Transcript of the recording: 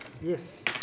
Yes